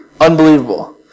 Unbelievable